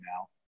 now